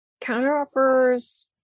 Counteroffers